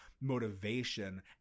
motivation